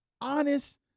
honest